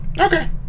okay